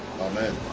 Amen